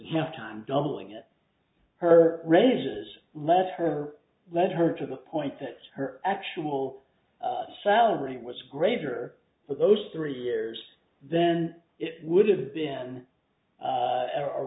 half time doubling it her rages left her lead her to the point that her actual salary was greater for those three years then it would have been or